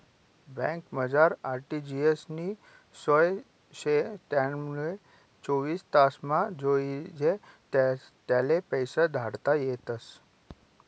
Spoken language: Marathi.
बँकमझार आर.टी.जी.एस नी सोय शे त्यानामुये चोवीस तासमा जोइजे त्याले पैसा धाडता येतस